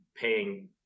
paying